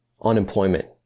unemployment